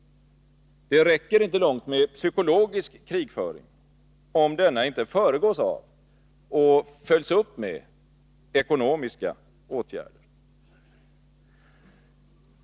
Det räcker inte långt med psykologisk krigföring, om denna inte föregås av och följs upp med ekonomiska åtgärder.